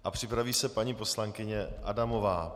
A připraví se paní poslankyně Adamová.